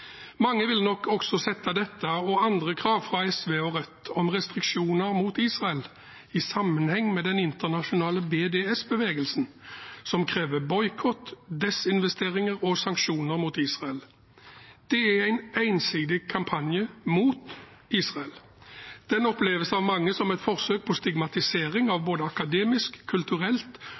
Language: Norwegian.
Mange vil nok også sette dette og andre krav fra SV og Rødt om restriksjoner mot Israel i sammenheng med den internasjonale BDS-bevegelsen, som krever boikott, desinvesteringer og sanksjoner mot Israel. Det er en ensidig kampanje mot Israel. Den oppleves av mange som et forsøk på stigmatisering av både akademisk, kulturelt